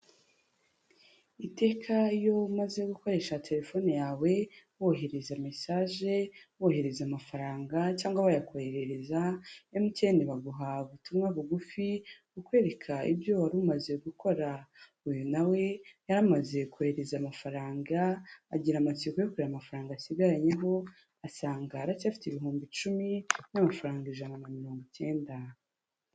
Iteka iyo umaze gukoresha telefone yawe wohereza message bohereza amafaranga cyangwa bayakoherereza mten baguha ubutumwa bugufi ukwereka ibyo wari umaze gukora. uyu nawe yarimaze kohererereza amafaranga agira amatsiko yo kure amafaranga asigaranyeho asanga aracyafite amafaranga 10,190.